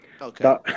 Okay